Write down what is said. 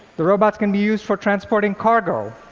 the robots can be used for transporting cargo.